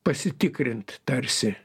pasitikrint tarsi